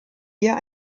hier